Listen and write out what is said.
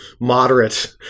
moderate